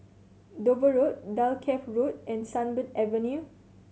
Dover Road Dalkeith Road and Sunbird Avenue